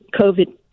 COVID